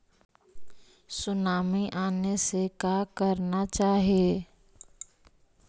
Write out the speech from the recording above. Tsunami आने से का करना चाहिए?